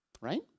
right